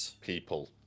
people